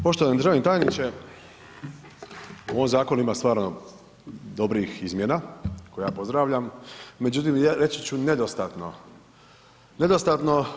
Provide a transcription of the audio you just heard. Poštovani državni tajniče, u ovom zakonu ima stvarno dobrih izmjena koje ja pozdravljam, međutim, reći ću nedostatno, nedostatno.